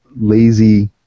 lazy